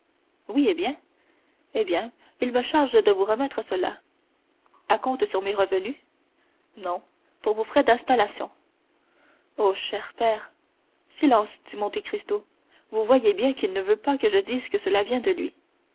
oui eh bien eh bien il me charge de vous remettre cela a compte sur mes revenus non pour vos frais d'installation oh cher père silence dit monte cristo vous voyez bien qu'il ne veut pas que je dise que cela vient de lui